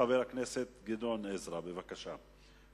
חבר הכנסת גדעון עזרא, בבקשה.